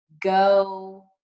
go